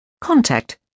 Contact